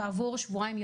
כעבור שבועיים,